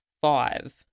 five